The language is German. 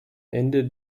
ende